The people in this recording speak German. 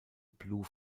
blue